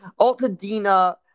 Altadena